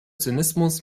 zynismus